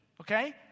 Okay